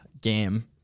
game